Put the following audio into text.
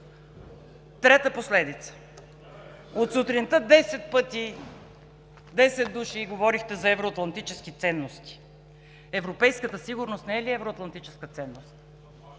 Трета последица. От сутринта десет пъти десет души говорихте за евроатлантически ценности. Европейската сигурност не е ли евроатлантическа ценност?